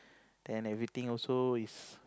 then everything also is